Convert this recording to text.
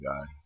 God